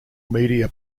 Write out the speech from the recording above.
media